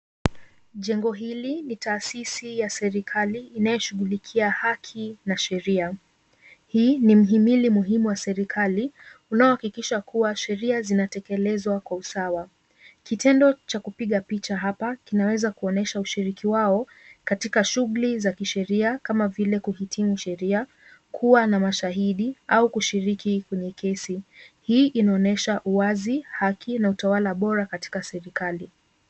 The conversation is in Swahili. Jengo hili ni taasisi ya serikali inayoshughulikia haki na sheria. Hii ni mhimili muhimu wa serikali unaohakikisha kuwa sheria zinatekelezwa kwa usawa. Kitendo cha kupiga picha hapa kinaweza kuonyesha ushiriki wao katika shughuli za kisheria kama vile kuhitimu sheria, kuwa na mashahidi au kushiriki kwenye kesi hii inaonyesha uwazi haki na utawala bora katika serikali.